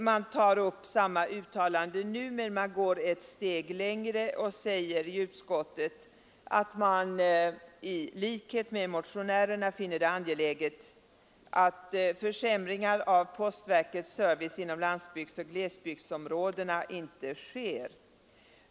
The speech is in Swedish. Man gör samma uttalande nu, men utskottet går ett steg längre och säger att det ”i likhet med motionärerna finner det angeläget att försämringar av postverkets service inom landsbygdsoch glesbygdsområden inte sker.